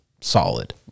solid